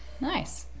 Nice